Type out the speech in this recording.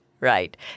right